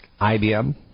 IBM